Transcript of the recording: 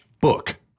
book